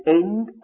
end